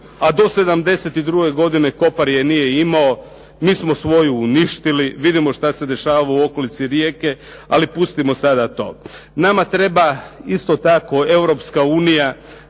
a do '72. godine Kopar je nije imao. Mi smo svoju uništili. Vidimo šta se dešava u okolici Rijeke. Ali pustimo sada to. Nama treba isto tako Europska unija,